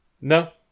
no